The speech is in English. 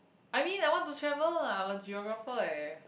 I mean I want to travel I'm a Geographer eh